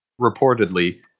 reportedly